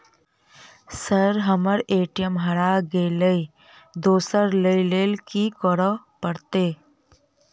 Sir हम्मर ATM हरा गइलए दोसर लईलैल की करऽ परतै?